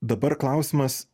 dabar klausimas